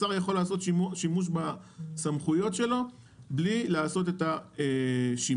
השר יכול לעשות שימוש בסמכויות שלו בלי לעשות את השימוע.